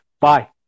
Bye